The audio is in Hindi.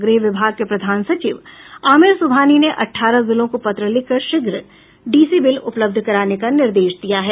गृह विभाग के प्रधान सचिव आमिर सुबहानी ने अठारह जिलों को पत्र लिखकर शीघ्र डीसी बिल उपलब्ध कराने का निर्देश दिया है